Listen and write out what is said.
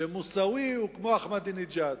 שמוסאווי הוא כמו אחמדינג'אד.